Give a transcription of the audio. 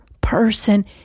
person